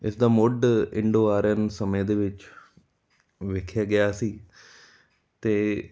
ਇਸ ਦਾ ਮੁੱਢ ਇੰਡੋ ਆਰੀਅਨ ਸਮੇਂ ਦੇ ਵਿੱਚ ਵੇਖਿਆ ਗਿਆ ਸੀ ਅਤੇ